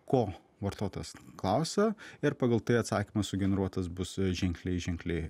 ko vartotas klausa ir pagal tai atsakymas sugeneruotas bus ženkliai ženkliai